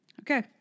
Okay